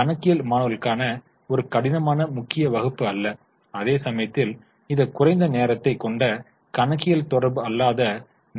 இது கணக்கியல் மாணவர்களுக்கான ஒரு கடினமான முக்கிய வகுப்பு அல்ல அதே சமயத்தில் இது குறைந்த நேரத்தைக் கொண்ட கணக்கியல் தொடர்பு அல்லாத